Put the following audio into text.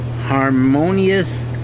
Harmonious